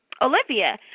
Olivia